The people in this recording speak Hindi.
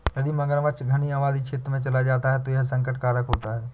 यदि मगरमच्छ घनी आबादी क्षेत्र में चला जाए तो यह संकट कारक होता है